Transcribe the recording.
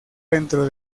dentro